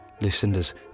Lucinda's